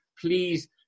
please